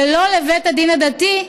ולא לבית הדין הדתי,